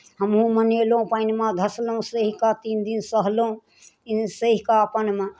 हमहूँ मनेलहुँ पानिमे धसलहुँ सहिके तीन दिन सहलहुँ सहिकऽ अपन